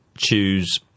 choose